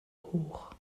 hoch